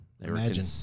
imagine